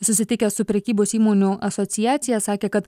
susitikęs su prekybos įmonių asociacija sakė kad